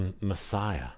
Messiah